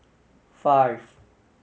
five